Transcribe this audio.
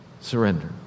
Surrender